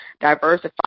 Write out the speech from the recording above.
diversify